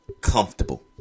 comfortable